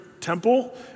temple